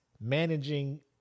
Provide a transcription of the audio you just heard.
managing